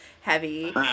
heavy